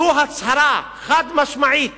זו הצהרה חד-משמעית